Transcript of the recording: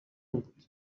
بود